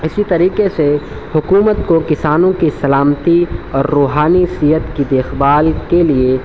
اسی طریقے سے حکومت کو کسانوں کی سلامتی اور روحانی صحت کی دیکھ بھال کے لیے